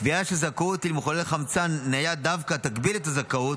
קביעה של זכאות למחוללי חמצן ניידים דווקא תגביל את הזכאות,